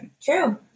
True